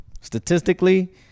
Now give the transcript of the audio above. statistically